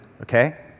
Okay